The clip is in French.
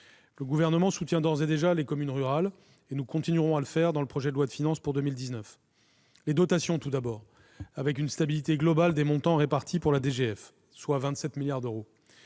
Le Gouvernement soutient d'ores et déjà les communes rurales et continue à le faire dans le projet de loi de finances pour 2019. Les dotations, tout d'abord. Les montants répartis pour la DGF, 27 milliards d'euros,